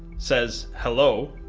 says hello,